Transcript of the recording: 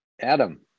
Adam